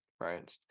right